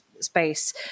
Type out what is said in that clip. space